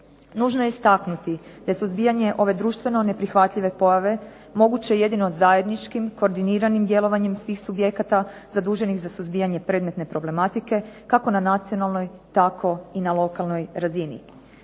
Nužno je istaknuti da je suzbijanje ove društveno neprihvatljive pojave moguće jedino zajedničkim koordiniranim djelovanjem svih subjekata zaduženih za suzbijanje predmetne problematike kako na nacionalnoj, tako i na lokalnoj razini.